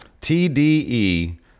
T-D-E